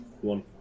one